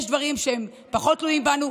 יש דברים שפחות תלויים בנו.